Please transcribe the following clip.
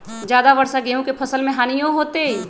ज्यादा वर्षा गेंहू के फसल मे हानियों होतेई?